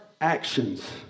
actions